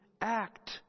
act